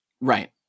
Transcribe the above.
Right